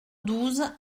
douze